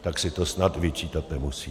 Tak si to snad vyčítat nemusí.